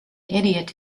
idiot